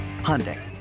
Hyundai